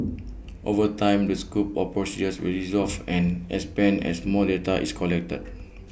over time the scope of procedures will evolve and expand as more data is collected